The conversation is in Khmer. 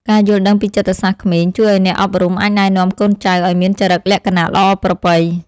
ការយល់ដឹងពីចិត្តសាស្ត្រក្មេង ជួយឱ្យអ្នកអប់រំអាចណែនាំកូនចៅឱ្យមានចរិតលក្ខណៈល្អប្រពៃ។